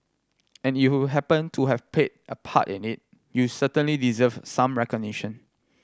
and if you happened to have played a part in it you certainly deserve some recognition